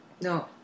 no